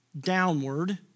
downward